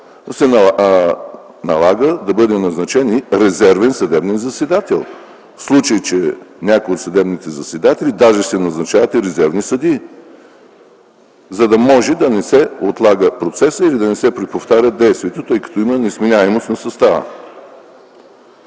се налага да бъде назначен и резервен съдебен заседател, в случай че някой от съдебните заседатели... Даже се назначават и резервни съдии, за да може да не се отлага процесът или да не се преповтаря действието, тъй като има несменяемост на състава.